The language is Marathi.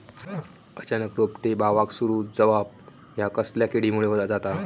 अचानक रोपटे बावाक सुरू जवाप हया कसल्या किडीमुळे जाता?